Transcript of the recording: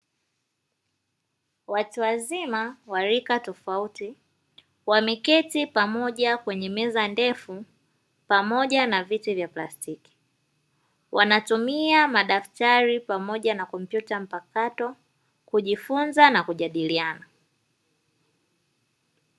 Watu wazima wa rika tofauti, wameketi pamoja kwenye meza ndefu pamoja na viti vya plastiki; wanatumia madaftari pamoja na kompyuta mpakato kujifunza na kujadiliana.